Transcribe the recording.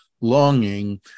longing